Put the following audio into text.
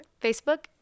Facebook